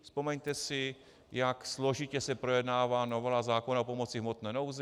Vzpomeňte si, jak složitě se projednává novela zákona pomoci v hmotné nouzi.